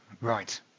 Right